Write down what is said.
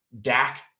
Dak